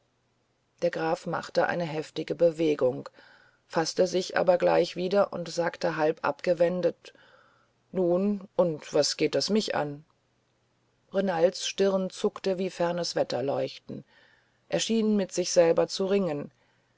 der graf machte eine heftige bewegung faßte sich aber gleich wieder und sagte halb abgewendet nun und was geht das mich an renalds stirn zuckte wie fernes wetterleuchten er schien mit sich selber zu ringen